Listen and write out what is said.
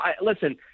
listen